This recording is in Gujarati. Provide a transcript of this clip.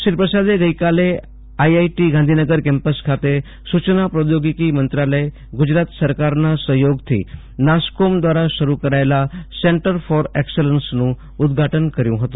શ્રી પ્રસાદે ગઈકાલે આઇઆઇટી ગાંધીનગર કેમ્પસ ખાતે સુચના પ્રોદ્યોગીકી મંત્રાલય ગુજરાત સરકારના સફયોગથી નાસકોમ દ્વારા શરુ કરાયેલા સેન્ટર ફોર એકસોલોજસનું ઉદ્દઘાટન કર્યું હતું